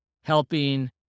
helping